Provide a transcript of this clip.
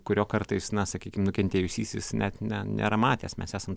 kurio kartais na sakykim nukentėjusysis net ne nėra matęs mes esam